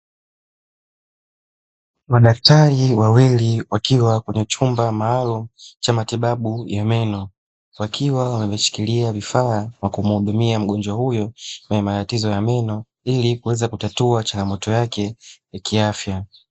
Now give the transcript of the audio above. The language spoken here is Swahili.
Madaktari wawili wakiwa kwenye chumba maalumu cha matibabu ya meno, wakiwa wameshikilia vifaa vya kumuhudumia mgonjwa huyo mwenye matatizo ya meno ili kuweza kutatua changamoto yake ya kiafya.